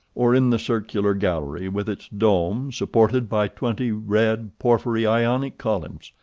or in the circular gallery with its dome supported by twenty red porphyry ionic columns,